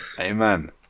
Amen